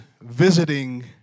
visiting